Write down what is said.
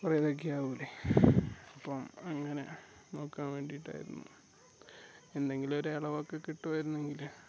കുറെ ഇതൊക്കെ ആവൂല്ലെ അപ്പം അങ്ങനെ നോക്കാൻ വേണ്ടീട്ടായിരുന്നു എന്തെങ്കിലും ഒരു ഇളവൊക്കെ കിട്ടുവായിരുന്നെങ്കിൽ